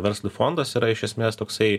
verslui fondas yra iš esmės toksai